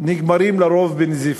נגמרים לרוב בנזיפה.